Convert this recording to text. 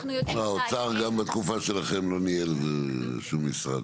האוצר גם בתקופה שלכם לא ניהל שום משרד.